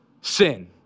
sin